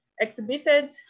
exhibited